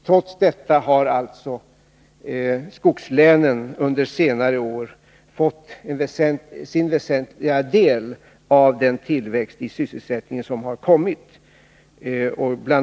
Trots detta har alltså skogslänen under senare år fått sin del av tillväxten i sysselsättningen. Bl.